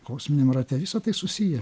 kosminiam rate visa tai susiję